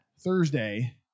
Thursday